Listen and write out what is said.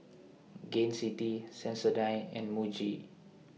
Gain City Sensodyne and Muji